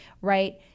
Right